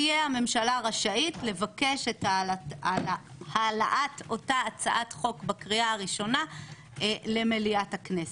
רשאית לבקש את העלאת אותה הצעת חוק בקריאה הראשונה למליאת הכנסת.